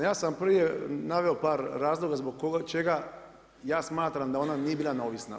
Ja sam prije naveo par razloga zbog čega ja smatram da ona nije bila neovisna.